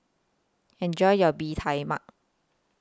Enjoy your Bee Tai Mak